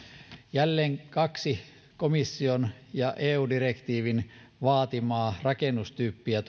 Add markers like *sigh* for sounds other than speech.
jälleen kaksi eu direktiivin vaatimaa rakennustyyppiä *unintelligible*